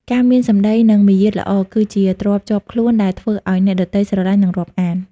ការមានសម្ដី និងមារយាទល្អ គឺជាទ្រព្យជាប់ខ្លួនដែលធ្វើឱ្យអ្នកដទៃស្រឡាញ់ និងរាប់អាន។